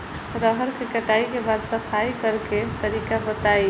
रहर के कटाई के बाद सफाई करेके तरीका बताइ?